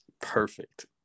Perfect